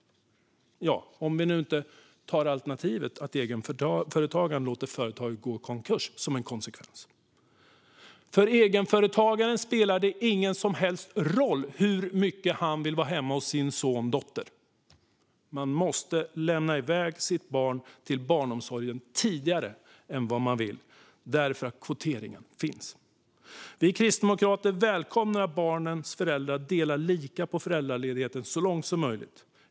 Ja, om vi nu inte tar alternativet att egenföretagaren låter företaget gå i konkurs som en konsekvens. För egenföretagaren spelar det ingen som helst roll hur mycket han vill vara hemma hos sin son eller dotter. Man måste lämna iväg sitt barn till barnomsorgen tidigare än vad man vill därför att kvoteringen finns. Vi kristdemokrater välkomnar att barnens föräldrar så långt som möjligt delar lika på föräldraledigheten.